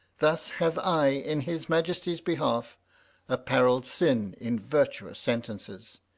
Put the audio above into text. thus have i in his majesty's behalf appareled sin in virtuous sentences,